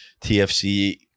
TFC